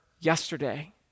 yesterday